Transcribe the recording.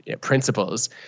principles